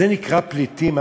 זה נקרא פליטים?